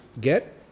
get